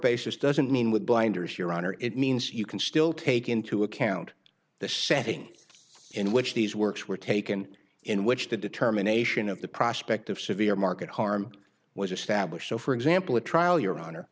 basis doesn't mean with blinders your honor it means you can still take into account the setting in which these works were taken in which the determination of the prospect of severe market harm was established so for example a trial your honor